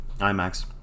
imax